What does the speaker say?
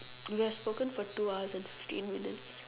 we have spoken for two hours and fifteen minutes